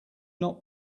not